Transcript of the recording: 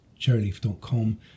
cherryleaf.com